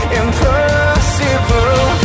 impossible